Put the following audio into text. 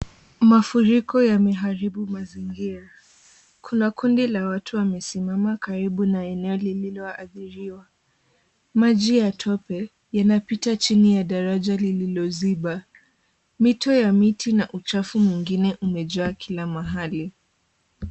Mafuriko yameharibu mazingira. Kuna kundi la watu wamesimama karibu na eneo lililoathiriwa. Maji ya tope yanapita chini ya daraja lililoziba. Mito ya miti na uchafu mwingine umejaa kila mahali.